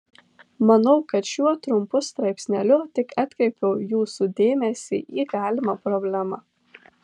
manau kad šiuo trumpu straipsneliu tik atkreipiau jūsų dėmesį į galimą problemą